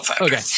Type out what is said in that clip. Okay